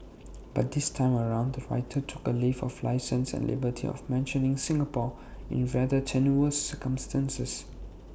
but this time round the writer took A leave of licence and liberty of mentioning Singapore in rather tenuous circumstances